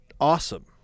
awesome